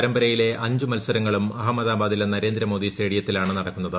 പരമ്പരയിലെ അഞ്ച് മത്പൂർങ്ങളും അഹമ്മദാബാദിലെ നരേന്ദ്ര മോദി സ്റ്റേഡിയത്തിലാണ് നടക്കൂന്നത്